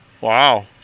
Wow